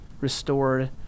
restored